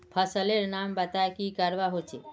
फसल लेर नाम बता की करवा होचे?